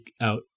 out